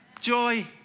joy